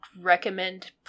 recommend